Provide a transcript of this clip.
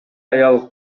аял